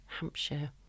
Hampshire